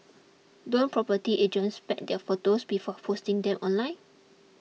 don't property agents vet their photos before posting them online